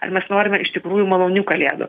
ar mes norime iš tikrųjų malonių kalėdų